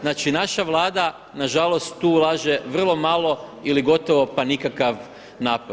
Znači, naša Vlada na žalost tu ulaže vrlo malo ili gotovo pa nikav napor.